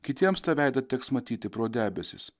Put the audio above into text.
kitiems tą veidą teks matyti pro debesis